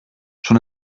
schon